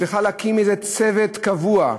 צריכה להקים איזה צוות קבוע.